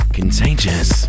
Contagious